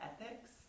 ethics